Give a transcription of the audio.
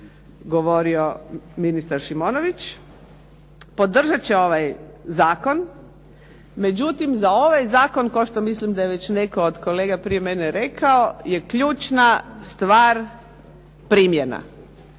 govorio ministar Šimonović. Podržat će ovaj zakon. Međutim, za ovaj zakon kao što mislim da je netko od kolega prije mene rekao, je ključna stvar primjena.